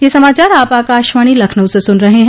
ब्रे क यह समाचार आप आकाशवाणी लखनऊ से सुन रहे हैं